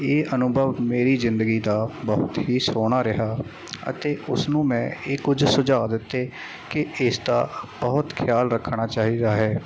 ਇਹ ਅਨੁਭਵ ਮੇਰੀ ਜ਼ਿੰਦਗੀ ਦਾ ਬਹੁਤ ਹੀ ਸੋਹਣਾ ਰਿਹਾ ਅਤੇ ਉਸਨੂੰ ਮੈਂ ਇਹ ਕੁਝ ਸੁਝਾਅ ਦਿੱਤੇ ਕਿ ਇਸ ਦਾ ਬਹੁਤ ਖਿਆਲ ਰੱਖਣਾ ਚਾਹੀਦਾ ਹੈ